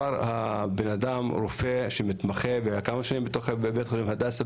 הוא רופא מתמחה כמה שנים בבית חולים הדסה.